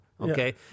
okay